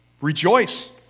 Rejoice